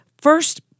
First